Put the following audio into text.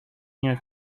your